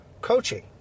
coaching